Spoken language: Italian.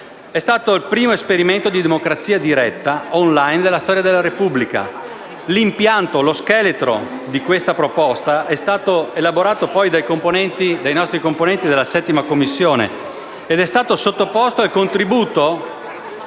È stato il primo esperimento di democrazia diretta *online* nella storia della Repubblica. L'impianto di questa proposta è stato elaborato dai nostri componenti della 7a Commissione ed è stato sottoposto al contributo